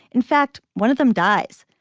in fact, one of them dies.